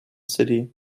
city